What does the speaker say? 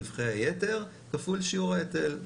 רווחי היתר כפול שיעור ההיטל,